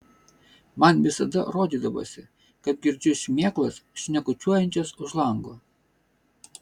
man visada rodydavosi kad girdžiu šmėklas šnekučiuojančias už lango